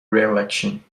reelection